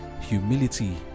humility